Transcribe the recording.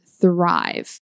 thrive